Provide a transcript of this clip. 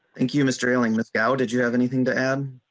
thank you. mister ailing the gao did you have anything to add.